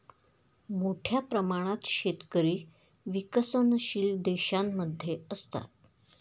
मोठ्या प्रमाणात शेतकरी विकसनशील देशांमध्ये असतात